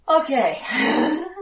Okay